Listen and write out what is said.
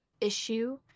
issue